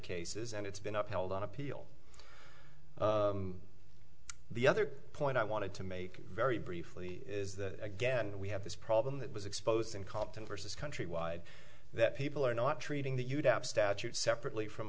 cases and it's been up held on appeal the other point i wanted to make very briefly is that again we have this problem that was exposed in compton versus countrywide that people are not treating that you doubt statute separately from